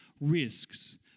risks